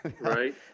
Right